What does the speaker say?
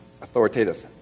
authoritative